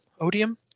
Odium